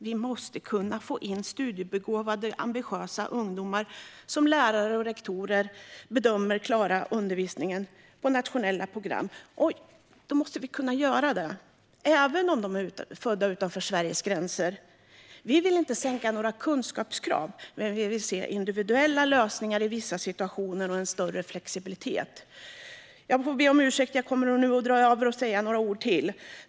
Vi måste kunna få in studiebegåvade och ambitiösa ungdomar som lärare och rektorer bedömer klarar undervisningen på nationella program. Vi måste kunna göra det även när det gäller elever som är födda utanför Sveriges gränser. Vi vill inte sänka några kunskapskrav, men vi vill se individuella lösningar i vissa situationer och en större flexibilitet. Jag får be om ursäkt. Jag kommer nu att dra över talartiden och säga några ord till.